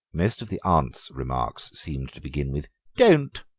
most of the aunt's remarks seemed to begin with don't,